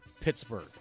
Pittsburgh